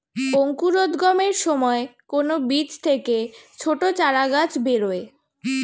অঙ্কুরোদ্গমের সময় কোন বীজ থেকে ছোট চারাগাছ বেরোয়